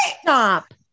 Stop